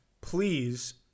please